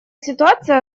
ситуация